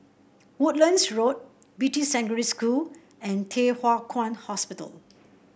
Woodlands Road Beatty Secondary School and Thye Hua Kwan Hospital